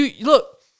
Look